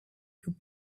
you